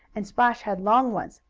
and splash had long ones,